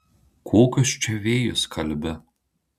kokius čia vėjus kalbi